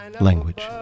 language